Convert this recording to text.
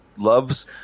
loves